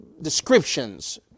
descriptions